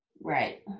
Right